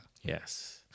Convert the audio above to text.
yes